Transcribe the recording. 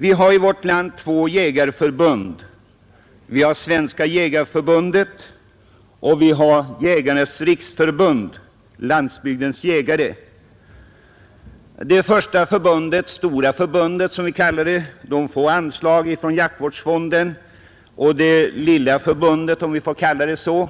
Vi har i vårt land två jägarförbund — Svenska jägareförbundet och Jägarnas riksförbund—Landsbygdens jägare. Det första förbundet — det stora förbundet, som vi kallar det — får anslag från jaktvårdsfonden, och det lilla förbundet, om vi får kalla det så,